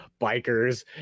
bikers